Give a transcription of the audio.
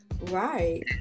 Right